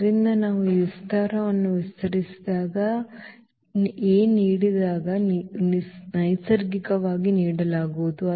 ಆದ್ದರಿಂದ ನಾವು ಈ ವಿಸ್ತಾರವನ್ನು ವಿಸ್ತರಿಸಿದಾಗ ಈ A ನೀಡಿದಾಗ ನೈಸರ್ಗಿಕವಾಗಿ ನೀಡಲಾಗುವುದು